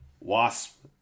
Wasp